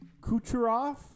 Kucherov